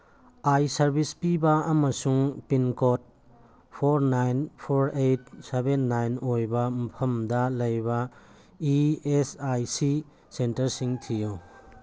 ꯑꯥꯏ service ꯄꯤꯕ ꯑꯃꯁꯨꯡ pincode four nine four eight seven nine ꯑꯣꯏꯕ ꯃꯐꯝꯗ ꯂꯩꯕ ꯏ ꯑꯦꯁ ꯑꯥꯏ ꯁꯤ ꯁꯦꯟꯇꯔꯁꯤꯡ ꯊꯤꯌꯨ